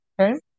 okay